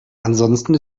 ansonsten